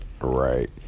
Right